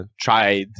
tried